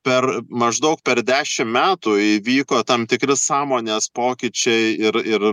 per maždaug per dešim metų įvyko tam tikri sąmonės pokyčiai ir ir